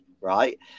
right